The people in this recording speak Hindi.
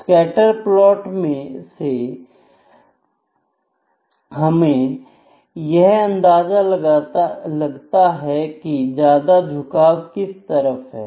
सकैटर्स प्लॉट से हमें यह अंदाजा लगता है की ज्यादा झुकाव किस तरफ है